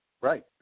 Right